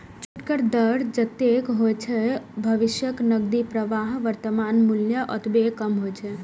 छूटक दर जतेक होइ छै, भविष्यक नकदी प्रवाहक वर्तमान मूल्य ओतबे कम होइ छै